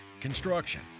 construction